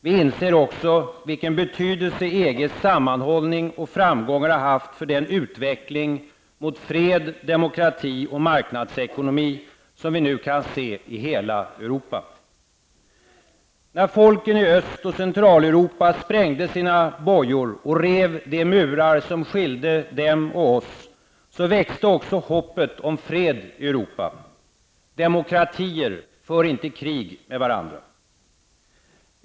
Vi inser också vilken betydelse EGs sammanhållning och framgångar har haft för den utveckling mot fred, demokrati och marknadsekonomi som vi nu kan se i hela Europa. När folken i Öst och Centraleuropa sprängde sina bojor och rev de murar, som skiljde dem och oss, växte också hoppet om fred i Europa. Demokratier för inte krig med varandra!